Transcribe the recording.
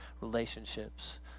relationships